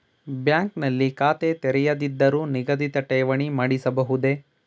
Bank ನಲ್ಲಿ ಖಾತೆ ತೆರೆಯದಿದ್ದರೂ ನಿಗದಿತ ಠೇವಣಿ ಮಾಡಿಸಬಹುದೇ?